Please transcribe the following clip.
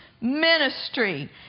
ministry